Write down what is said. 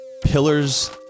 pillars